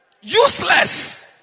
Useless